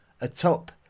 atop